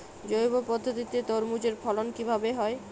জৈব পদ্ধতিতে তরমুজের ফলন কিভাবে হয়?